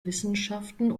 wissenschaften